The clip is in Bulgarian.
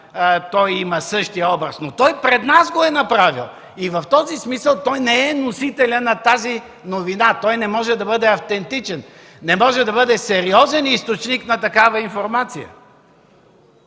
той има същия образ, но той пред нас го е направил и в този смисъл не е носителят на тази новина. Той не може да бъде автентичен, не може да бъде сериозен източник на такава информация,